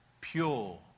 pure